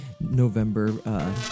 November